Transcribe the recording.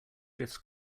drifts